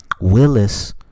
Willis